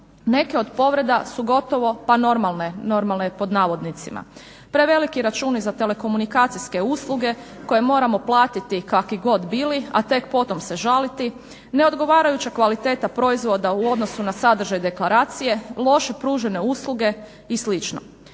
Neke od povreda su gotovo pa normalne, "normalne" pod navodnicima. Preveliki računi za telekomunikacijske usluge koje moramo platiti kakvi god bili, a tek potom se žaliti, neodgovarajuća kvaliteta proizvoda u odnosu na sadržaj deklaracije, loše pružene usluge i